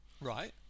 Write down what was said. right